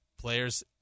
players